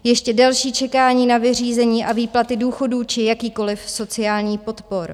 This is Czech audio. Ještě delší čekání na vyřízení a výplaty důchodů či jakýchkoliv sociálních podpor.